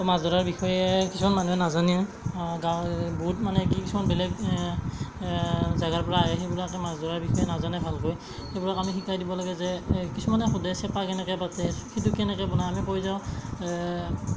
মই মাছ ধৰাৰ বিষয়ে কিছুমান মানুহে নাজানে গাঁৱৰ বহুত মানুহে কি কিছুমান বেলেগ জেগাৰপৰা আহে সেইবিলাকে মাছ ধৰাৰ বিষয়ে নাজানে ভালকৈ সেইবোৰক আমি শিকাই দিব লাগে যে কিছুমানে সোধে চেপা কেনেকৈ পাতে সেইটো কেনেকৈ বনায় আমি কৈ যাওঁ